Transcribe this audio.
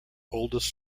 oldest